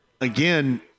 again